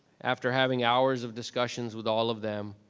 after having hours of discussions with all of them,